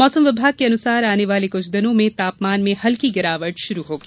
मौसम विभाग के अनुसार आने वाले कुछ दिनों में तापमान में हल्की गिरावट शुरू होगी